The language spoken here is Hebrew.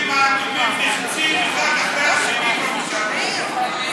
הקווים האדומים נחצים אחד אחרי השני במושב הזה.